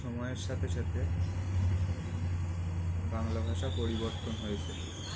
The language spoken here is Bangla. সময়ের সাথে সাথে বাংলা ভাষা পরিবর্তন হয়েছে